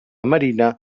marina